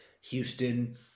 Houston